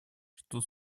что